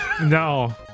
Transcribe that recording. No